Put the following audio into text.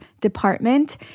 Department